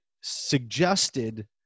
suggested